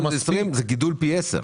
שקל הוא גידול פי עשרה.